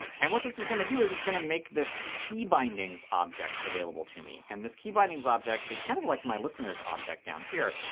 and what this is going to do is it's going to make this keybindings object available to me. and this keybindings object is kind of like my listeners object down here.